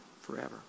forever